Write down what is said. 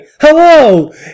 Hello